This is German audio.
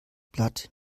blatt